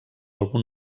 algun